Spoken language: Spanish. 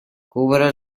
cubre